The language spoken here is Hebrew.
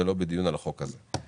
לא בדיון על החוק הזה.